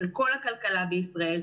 של כל הכלכלה בישראל,